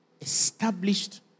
established